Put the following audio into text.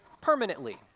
permanently